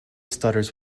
stutters